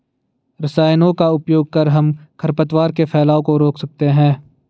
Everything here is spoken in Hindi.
रसायनों का उपयोग कर हम खरपतवार के फैलाव को रोक सकते हैं